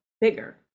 bigger